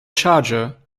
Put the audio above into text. charger